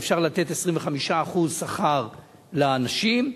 אפשר לתת 25% שכר לאנשים,